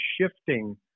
shifting